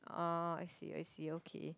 um I see I see okay